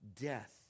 Death